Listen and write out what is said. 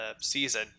season